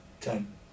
Ten